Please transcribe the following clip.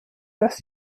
dass